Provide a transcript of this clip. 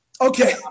Okay